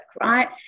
right